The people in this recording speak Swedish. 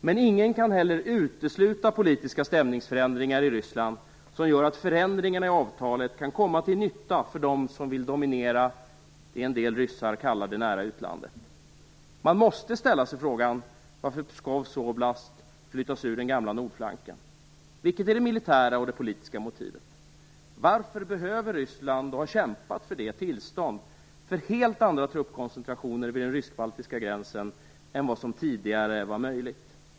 Men ingen kan heller utesluta politiska stämningsförändringar i Ryssland som gör att förändringarna i avtalet kan komma till nytta för dem som vill dominera i det en del ryssar kallar det nära utlandet. Man måste ställa sig frågan varför Pskovs oblast flyttas ur den gamla nordflanken. Vilket är det militära och politiska motivet? Varför behöver Ryssland, och har kämpat för det, tillstånd för helt andra truppkoncentrationer vid den ryskbaltiska gränsen än vad som tidigare var möjligt?